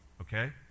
okay